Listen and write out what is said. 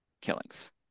killings